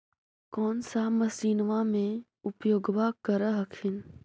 कौन सा मसिन्मा मे उपयोग्बा कर हखिन?